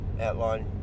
outline